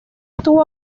estuvo